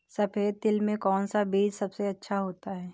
सफेद तिल में कौन सा बीज सबसे अच्छा होता है?